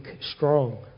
strong